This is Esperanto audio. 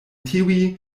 tiuj